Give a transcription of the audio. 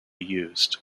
used